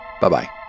Bye-bye